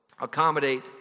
accommodate